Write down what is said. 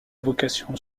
vocation